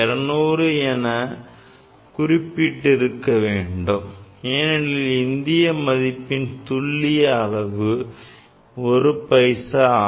00 எனக் குறிப்பிட்டு இருக்க வேண்டும் ஏனெனில் இந்திய பண மதிப்பின் துல்லியளவு ஒரு பைசா ஆகும்